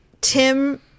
Tim